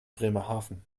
bremerhaven